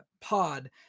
Pod